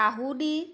কাহুদি